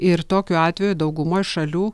ir tokiu atveju daugumoj šalių